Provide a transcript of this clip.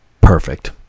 perfect